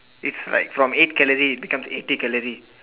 it's like from eight calorie it become eighty calorie